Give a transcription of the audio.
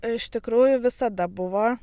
iš tikrųjų visada buvo